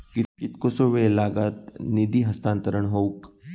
कितकोसो वेळ लागत निधी हस्तांतरण हौक?